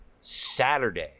Saturday